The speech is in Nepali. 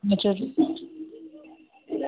हजुर